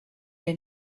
ein